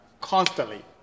Constantly